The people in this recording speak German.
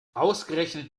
ausgerechnet